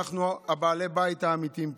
אנחנו בעלי הבית האמיתיים פה.